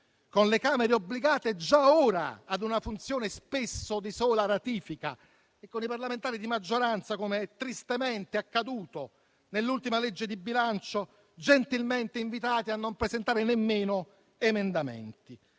con le Camere obbligate già ora ad una funzione spesso di sola ratifica e con i parlamentari di maggioranza, com'è tristemente accaduto nell'ultima legge di bilancio, gentilmente invitati a non presentare nemmeno emendamenti.